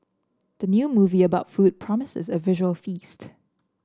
the new movie about food promises a visual feast